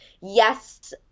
Yes